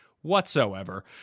whatsoever